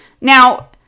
Now